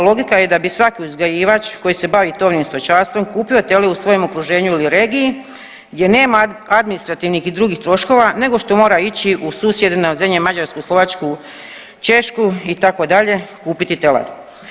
Logika je da bi svaki uzgajivač koji se bavi tovnim stočarstvom kupio tele u svojem okruženju ili regiji gdje nema administrativnih troškova nego što mora ići u susjedne zemlje Mađarsku, Slovačku, Češku itd. kupiti telad.